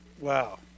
Wow